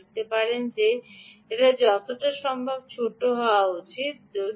আপনি দেখতে পারেন এটি যতটা সম্ভব ছোট হওয়া উচিত